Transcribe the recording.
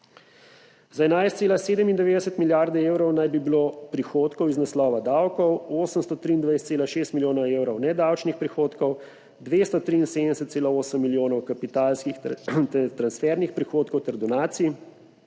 Za 11,97 milijarde evrov naj bi bilo prihodkov iz naslova davkov, 823,6 milijona evrov nedavčnih prihodkov, 273,8 milijona kapitalskih ter transfernih prihodkov ter donacij,